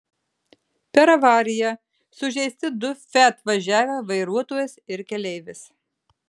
per avariją sužeisti du fiat važiavę vairuotojas ir keleivis